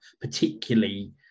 particularly